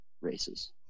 races